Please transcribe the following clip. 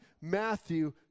Matthew